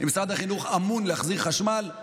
אם משרד החינוך אמון על להחזיר חשמל,